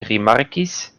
rimarkis